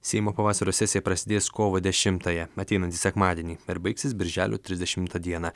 seimo pavasario sesija prasidės kovo dešimt ąją ateinantį sekmadienį ir baigsis birželio trisdešimtą dieną